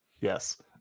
Yes